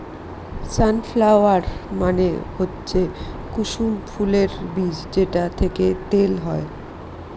সান flower মানে হচ্ছে কুসুম ফুলের বীজ যেটা থেকে তেল হয়